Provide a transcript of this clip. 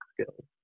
skills